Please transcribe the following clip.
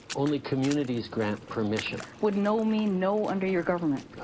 only communities grant permission. would no mean no under your government?